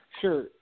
Sure